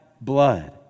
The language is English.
blood